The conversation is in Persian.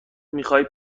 میخای